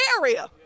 area